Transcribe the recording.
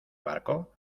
barco